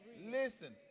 Listen